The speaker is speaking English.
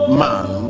man